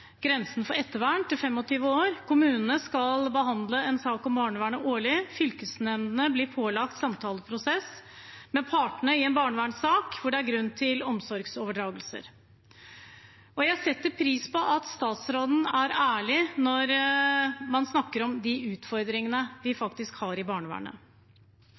grensen for ettervern til 25 år, og at kommunene skal behandle en sak om barnevernet årlig. Fylkesnemndene blir pålagt å ha en samtaleprosess med partene i en barnevernssak hvor det er grunn for omsorgsoverdragelse. Jeg setter pris på at statsråden er